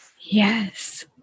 Yes